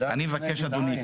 אני מבקש אדוני,